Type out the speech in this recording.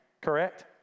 correct